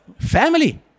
family